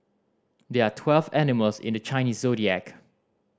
there are twelve animals in the Chinese Zodiac